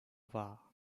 wahr